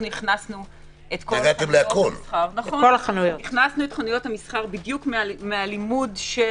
הכנסנו את חנויות המסחר בדיוק מהלמידה של